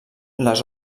les